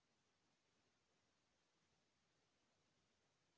मै अपन किस्त ल एक साथ दे सकत हु का?